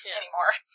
anymore